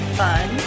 fun